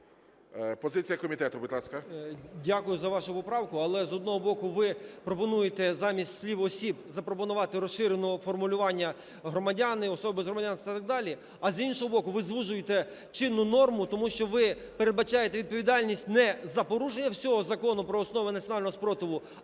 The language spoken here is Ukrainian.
Дякую за вашу поправку. Але, з одного боку, ви пропонуєте замість слів "осіб" запропонувати розширеного формулювання "громадяни, особи без громадянства…" і так далі, а з іншого боку, ви звужуєте чинну норму, тому що ви передбачаєте відповідальність не за порушення всього Закону "Про основи національного спротиву",